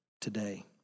today